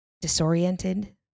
disoriented